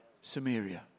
Samaria